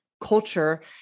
culture